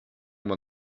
when